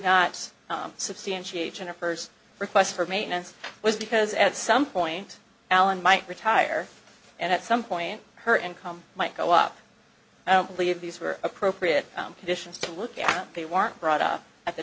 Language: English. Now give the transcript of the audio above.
jennifer's requests for maintenance was because at some point allen might retire and at some point her income might go up i don't believe these were appropriate conditions to look at they weren't brought up at the